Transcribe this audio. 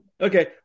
Okay